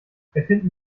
erfinden